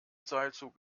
seilzug